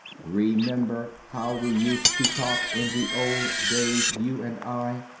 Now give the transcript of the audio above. remember how we used to talk in the old days, you and i?